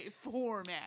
format